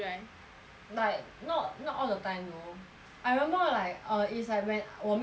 like not not all the time though I remember like uh is like when 我没有回家